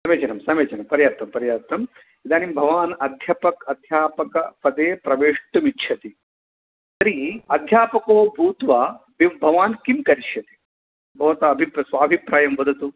समीचीनं समीचीनं पर्याप्तं पर्याप्तम् इदानीं भवान् अध्यपक अध्यापकपदे प्रवेष्टुमिच्छति तर्हि अध्यापको भूत्वा भवान् किं करिष्यति भवता स्वाभिप्रायं वदतु